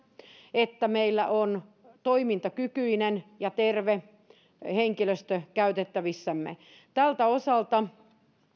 että meillä on toimintakykyinen ja terve henkilöstö käytettävissämme tältä osalta